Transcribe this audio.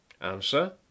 Answer